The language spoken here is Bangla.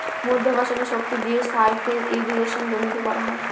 মাধ্যাকর্ষণের শক্তি দিয়ে সারফেস ইর্রিগেশনে জমিতে করা হয়